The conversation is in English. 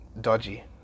dodgy